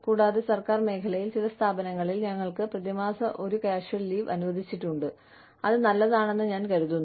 കൂടാതെ സർക്കാർ മേഖലയിൽ ചില സ്ഥാപനങ്ങളിൽ ഞങ്ങൾക്ക് പ്രതിമാസം ഒരു കാഷ്വൽ ലീവ് അനുവദിച്ചിട്ടുണ്ട് അത് നല്ലതാണെന്ന് ഞാൻ കരുതുന്നു